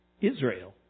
Israel